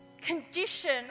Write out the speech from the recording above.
condition